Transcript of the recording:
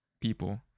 people